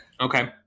Okay